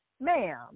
ma'am